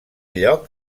lloc